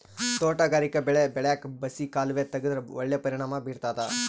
ತೋಟಗಾರಿಕಾ ಬೆಳೆ ಬೆಳ್ಯಾಕ್ ಬಸಿ ಕಾಲುವೆ ತೆಗೆದ್ರ ಒಳ್ಳೆ ಪರಿಣಾಮ ಬೀರ್ತಾದ